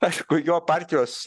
aišku jo partijos